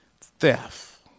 theft